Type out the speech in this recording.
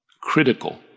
critical